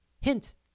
Hint